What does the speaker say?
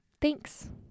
Thanks